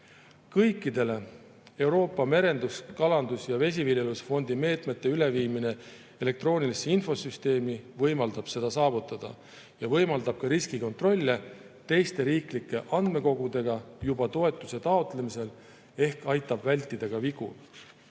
Kõikide Euroopa Merendus‑, Kalandus‑ ja Vesiviljelusfondi meetmete üleviimine elektroonilisse infosüsteemi võimaldab seda saavutada ja võimaldab teha ka ristkontrolle teiste riiklike andmekogudega juba toetuse taotlemisel ehk aitab vältida vigu.